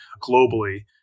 globally